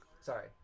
sorry